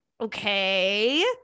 Okay